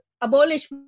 Abolish